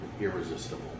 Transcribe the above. irresistible